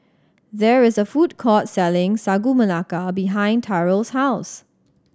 there is a food court selling Sagu Melaka behind Tyrell's house